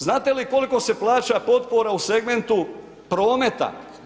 Znate li koliko se plaća potpora u segmentu prometa?